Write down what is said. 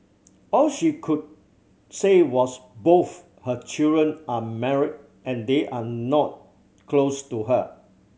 all she could say was both her children are married and they are not close to her